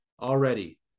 Already